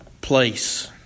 place